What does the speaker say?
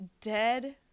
Dead